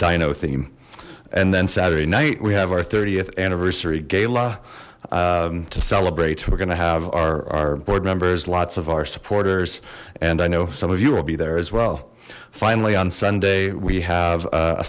dino theme and then saturday night we have our th anniversary gala to celebrate we're going to have our board members lots of our supporters and i know some of you will be there as well finally on sunday we have a